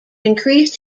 increased